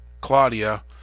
Claudia